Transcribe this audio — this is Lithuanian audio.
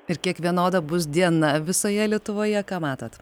ir kiek vienoda bus diena visoje lietuvoje ką matot